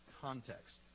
context